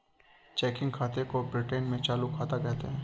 checking खाते को Britain में चालू खाता कहते हैं